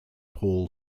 paul